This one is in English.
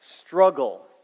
struggle